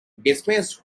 dismissed